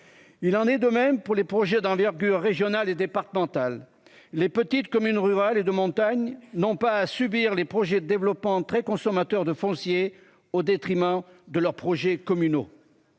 Il en est de même pour les projets d'envergure régionale et départementale. Les petites communes rurales et de montagne non pas à subir les projets de développement très consommateurs de foncier au détriment de leurs projets communaux.